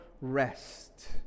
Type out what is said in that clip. rest